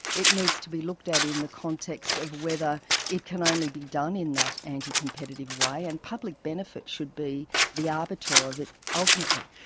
it needs to be looked at in the context of whether it can only be done in that anti-competitive way, and public benefit should be the arbiter of it ultimately.